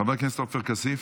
חבר הכנסת עופר כסיף,